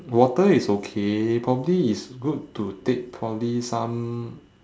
water is okay probably it's good to take probably some